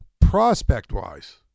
prospect-wise